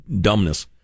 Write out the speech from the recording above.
dumbness